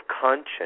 conscience